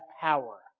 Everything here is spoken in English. power